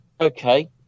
okay